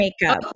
makeup